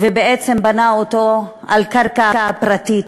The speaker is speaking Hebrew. ובעצם בנה אותו על קרקע פרטית,